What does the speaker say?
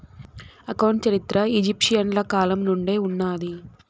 account చరిత్ర ఈజిప్షియన్ల కాలం నుండే ఉన్నాది